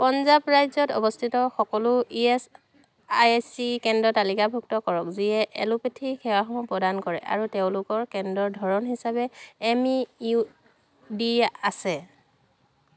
পঞ্জাৱ ৰাজ্যত অৱস্থিত সকলো ই এচ আই চি কেন্দ্ৰ তালিকাভুক্ত কৰক যিয়ে এলোপেথী সেৱাসমূহ প্ৰদান কৰে আৰু তেওঁলোকৰ কেন্দ্ৰৰ ধৰণ হিচাপে এম ই ইউ ডি আছে